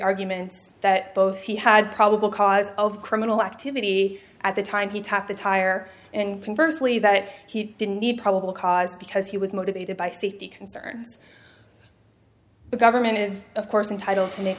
argument that both he had probable cause of criminal activity at the time he touched the tire and conversed lee that he didn't need probable cause because he was motivated by fifty concerns the government is of course entitle